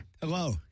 Hello